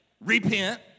repent